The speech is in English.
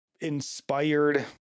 inspired